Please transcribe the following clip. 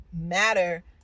matter